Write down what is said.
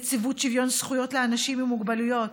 נציבות שוויון זכויות לאנשים עם מוגבלויות,